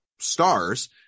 stars